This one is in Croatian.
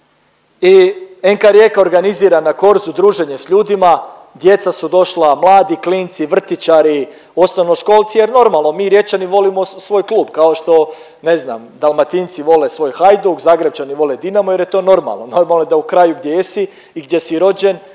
i NK Rijeka organizira na Korzu druženje s ljudima, djeca su došla, mladi klinci, vrtićari, osnovnoškolci jer normalno mi Riječani volimo svoj klub kao što ne znam Dalmatinci vole svoj Hajduk, Zagrepčani vole Dinamo jer je to normalno. Normalno je da u kraju gdje jesi i gdje si rođen,